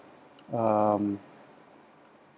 um